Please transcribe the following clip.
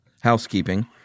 housekeeping